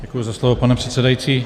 Děkuji za slovo, pane předsedající.